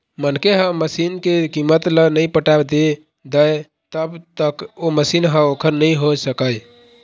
मनखे ह मसीन के कीमत ल नइ पटा दय तब तक ओ मशीन ह ओखर नइ होय सकय